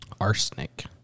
arsenic